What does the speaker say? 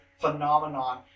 phenomenon